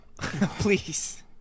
please